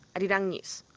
arirang news.